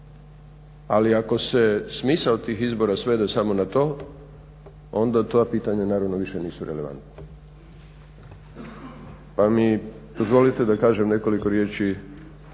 ali ako se smisao tih izbora svede samo na to, onda ta pitanja više nisu relevantna. Pa mi dozvolite da kažem nekoliko riječi